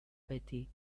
beti